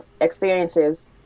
experiences